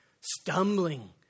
stumbling